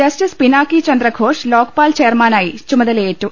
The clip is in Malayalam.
ജസ്റ്റിസ് പിന്നാക്കി ചന്ദ്രഘോഷ് ലോക്പാൽ ചെയർമാനായി ചുമത ലയേറ്റു